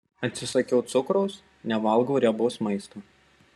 atsisakiau cukraus nevalgau riebaus maisto